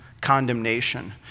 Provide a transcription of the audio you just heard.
condemnation